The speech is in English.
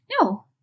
No